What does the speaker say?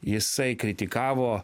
jisai kritikavo